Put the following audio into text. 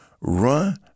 run